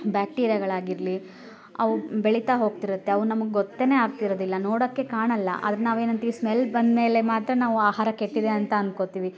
ಬ್ಯಾಕ್ಟೀರಿಯಗಳಾಗಿರಲಿ ಅವು ಬೆಳಿತಾ ಹೋಗ್ತಿರತ್ತೆ ಅವು ನಮಗೆ ಗೊತ್ತೆನೇ ಆಗ್ತಿರದಿಲ್ಲ ನೋಡಕ್ಕೆ ಕಾಣಲ್ಲ ಆದರೆ ನಾವೇನಂತಿವಿ ಸ್ಮೆಲ್ ಬಂದ್ಮೇಲೆ ಮಾತ್ರ ನಾವು ಆಹಾರ ಕೆಟ್ಟಿದೆ ಅಂತ ಅನ್ಕೊತೀವಿ